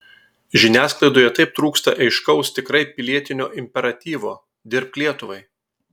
žiniasklaidoje taip trūksta aiškaus tikrai pilietinio imperatyvo dirbk lietuvai